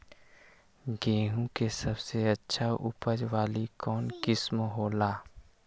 गेंहू के सबसे अच्छा उपज वाली कौन किस्म हो ला?